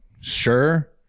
sure